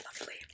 lovely